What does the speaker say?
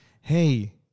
hey